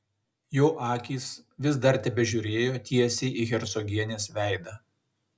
jo akys vis dar tebežiūrėjo tiesiai į hercogienės veidą